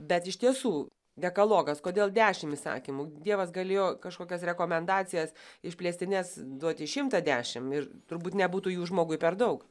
bet iš tiesų dekalogas kodėl dešim įsakymų dievas galėjo kažkokias rekomendacijas išplėstines duoti šimtą dešim ir turbūt nebūtų jų žmogui per daug